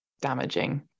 damaging